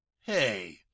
Hey